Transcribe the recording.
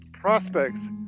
prospects